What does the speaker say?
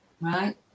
Right